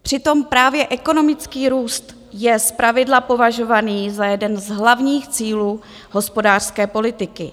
Přitom právě ekonomický růst je zpravidla považovaný za jeden z hlavních cílů hospodářské politiky.